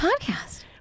podcast